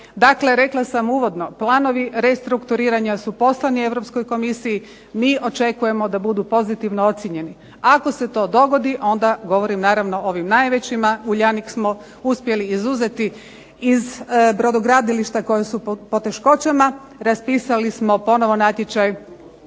Dakle, rekla sam uvodno, planovi restrukturiranja su poslani Europskoj komisiji. Mi očekujemo da budu pozitivno ocijenjeni. Ako se to dogodi onda, govorim naravno o ovim najvećima, Uljanik smo uspjeli izuzeti iz brodogradilišta koja su u poteškoćama, raspisali smo ponovo natječaj